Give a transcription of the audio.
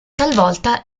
talvolta